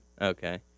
okay